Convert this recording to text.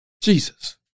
Jesus